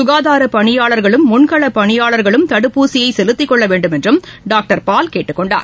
சுகாதாரப் பணியாளர்களும் முன்களப் பணியாளர்களும் தடுப்பூசியைசெலுத்திக்கொள்ளவேண்டும் என்றும் டாக்டர் பால் கேட்டுக்கொண்டார்